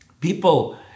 people